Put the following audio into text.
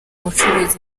bucuruzi